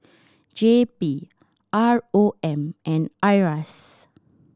J P R O M and IRAS